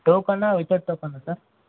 ಟೋಕನಾ without token sir